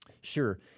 Sure